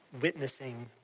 witnessing